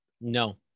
No